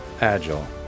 agile